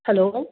hello